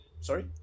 Sorry